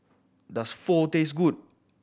does Pho taste good